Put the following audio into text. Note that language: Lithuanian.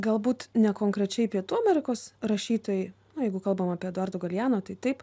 galbūt ne konkrečiai pietų amerikos rašytojai na jeigu kalbam apie eduardo galeano tai taip